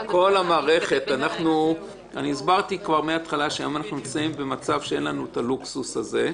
אני הסברתי כבר מההתחלה שאנחנו נמצאים במצב שאין לנו הלוקסוס הזה.